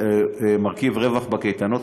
מרכיב רווח בקייטנות,